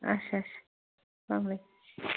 اچھا اچھا